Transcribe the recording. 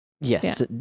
Yes